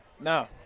No